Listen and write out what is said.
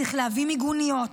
צריך להביא מיגוניות,